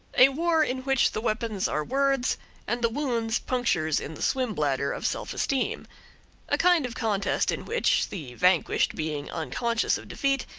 a war in which the weapons are words and the wounds punctures in the swim-bladder of self-esteem a kind of contest in which, the vanquished being unconscious of defeat,